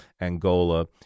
Angola